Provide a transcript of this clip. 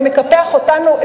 ומקפח אותנו,